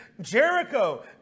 Jericho